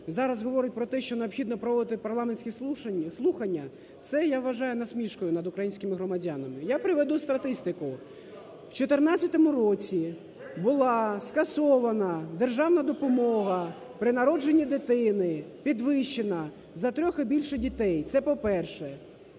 зараз говорить про те, що необхідно проводити парламентські слухання, це я вважаю насмішкою над українськими громадянами. Я приведу статистику: у 2014 році була скасована державна допомога при народженні дитини, підвищена, за трьох і більше дітей – це по-перше.